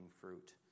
fruit